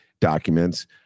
documents